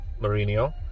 Mourinho